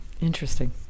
Interesting